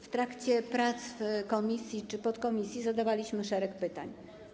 W trakcie prac w komisji czy podkomisji zadawaliśmy szereg pytań.